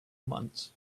months